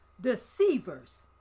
deceivers